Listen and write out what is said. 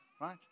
right